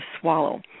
swallow